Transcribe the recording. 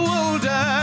older